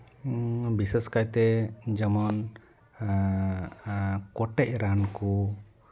ᱵᱤᱥᱮᱥ ᱠᱟᱭᱛᱮ ᱡᱮᱢᱚᱱ ᱠᱚᱴᱮᱡ ᱨᱟᱱ ᱠᱚ